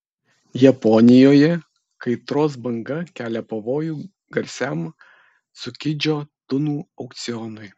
japonijoje kaitros banga kelia pavojų garsiam cukidžio tunų aukcionui